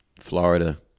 Florida